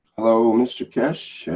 hello? mr. keshe.